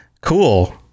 cool